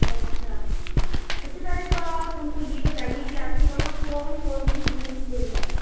اچھا سب سے پہلے تو آپ ہم کو یہ بتائیے کہ آپ کے وہاں کون کون سے فروٹس مل جائیں گے